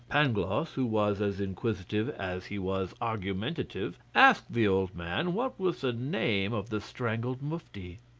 pangloss, who was as inquisitive as he was argumentative, asked the old man what was the name of the strangled mufti.